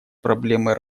проблемы